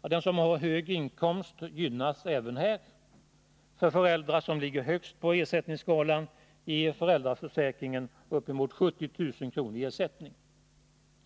Den som har hög inkomst gynnas även i det här avseendet. För föräldrar som ligger högst på ersättningsskalan ger föräldraförsäkringen uppemot 70 000 kr. per år i ersättning.